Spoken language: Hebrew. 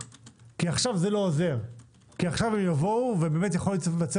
כי עכשיו זה לא עוזר; כי עכשיו הם יבואו ויכול להיווצר